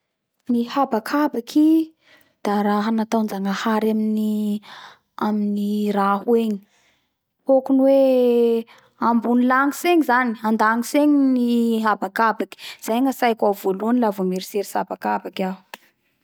Ny habakabaky da raha nataonJagnahary aminy aminy raho egny hokany hoe ambony lagnitsy egny adagnitsy egny ny habakabaky zay gnatsaiko ao voalohany la vo mieritseritsy habakabaky iaho